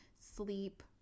sleep